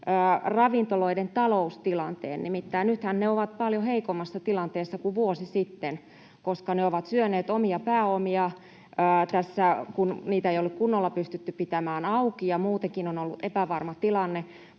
ravintoloiden taloustilanteen. Nimittäin nythän ne ovat paljon heikommassa tilanteessa kuin vuosi sitten, koska ne ovat syöneet omia pääomiaan tässä, kun niitä ei ole kunnolla pystytty pitämään auki ja muutenkin on ollut epävarma tilanne,